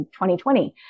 2020